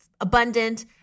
abundant